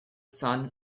son